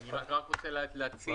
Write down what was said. אני רק רוצה להציע,